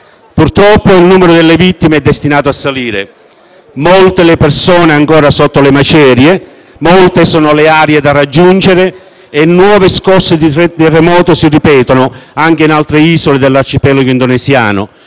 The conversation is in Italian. Purtroppo il numero delle vittime è destinato a salire. Molte sono le persone ancora sotto le macerie, molte sono le aree da raggiungere e nuove scosse di terremoto si ripetono, anche in altre isole dell'Arcipelago indonesiano: